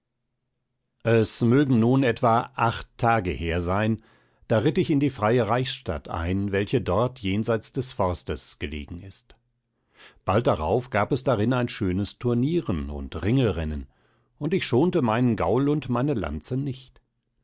es mögen nun etwan acht tage her sein da ritt ich in die freie reichsstadt ein welche dort jenseit des forstes gelegen ist bald darauf gab es darin ein schönes turnieren und ringelrennen und ich schonte meinen gaul und meine lanze nicht